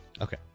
Okay